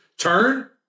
Turn